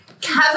Kevin